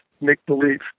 make-believe